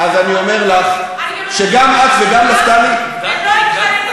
הם לא התחננו.